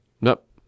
nope